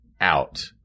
out